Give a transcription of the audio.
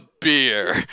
beer